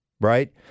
Right